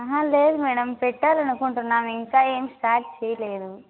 ఆహ లేదు మేడం పెట్టాలనుకుంటున్నాం ఇంకా ఏం స్టార్ట్ చేయలేదు